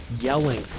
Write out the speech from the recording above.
yelling